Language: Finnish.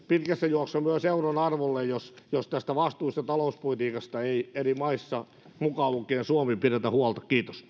pitkässä juoksussa myös euron arvolle jos jos tästä vastuullisesta talouspolitiikasta ei eri maissa mukaan lukien suomi pidetä huolta kiitos